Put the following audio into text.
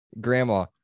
grandma